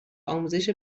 آموزش